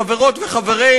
חברות וחברים,